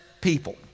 people